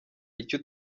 icyo